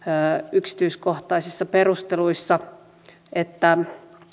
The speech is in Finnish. yksityiskohtaisissa perusteluissa että